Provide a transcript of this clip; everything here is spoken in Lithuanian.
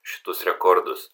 šitus rekordus